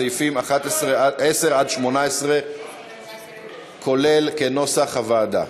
סעיפים 10 18, כולל, כנוסח הוועדה.